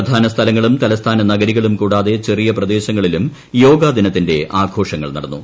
പ്രധാന സ്ഥലങ്ങളും തലസ്ഥാന നഗരികളും കൂടാതെ ചെറിയ പ്രദേശങ്ങളിലും യോഗദിനത്തിന്റെ ആഘോഷങ്ങൾ നടന്നു